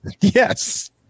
Yes